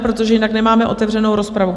Protože jinak nemáme otevřenou rozpravu.